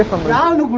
around